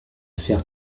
faire